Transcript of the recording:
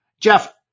Jeff